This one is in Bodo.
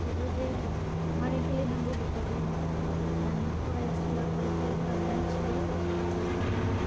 बेबो जे मारै गेलेनांगौ बेखौबो दानि फारायसुला फरायलुलिफ्राबो मिथियो आरो